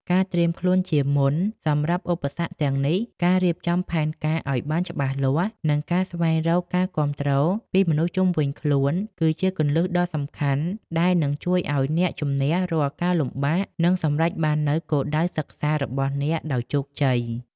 ការត្រៀមខ្លួនជាមុនសម្រាប់ឧបសគ្គទាំងនេះ ការរៀបចំផែនការឱ្យបានច្បាស់លាស់ និងការស្វែងរកការគាំទ្រពីមនុស្សជុំវិញខ្លួន គឺជាគន្លឹះដ៏សំខាន់ដែលនឹងជួយឱ្យអ្នកជម្នះរាល់ការលំបាក និងសម្រេចបាននូវគោលដៅសិក្សារបស់អ្នកដោយជោគជ័យ។